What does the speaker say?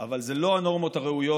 אבל אלה לא הנורמות הראויות,